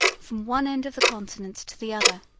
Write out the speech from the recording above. from one end of the continent to the other.